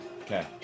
Okay